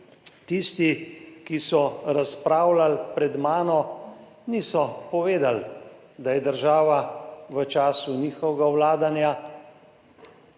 tisti, ki so razpravljali pred mano, niso povedali, da je država v času njihovega vladanja